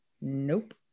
nope